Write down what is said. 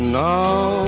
now